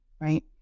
right